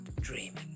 dreaming